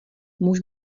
muž